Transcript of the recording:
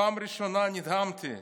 בפעם הראשונה נדהמתי: